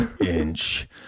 Inch